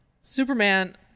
Superman